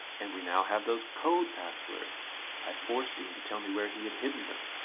and we now have those code passwords i forced dean to tell me where he had hidden them.